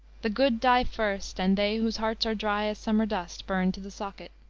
the good die first, and they whose hearts are dry as summer dust burn to the socket.